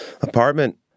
apartment